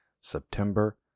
September